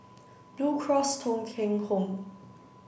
Blue Cross Thong Kheng Home